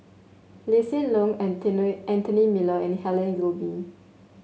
Lee Hsien Loong Anthony Miller and Helen Gilbey